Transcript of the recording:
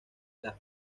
las